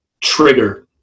trigger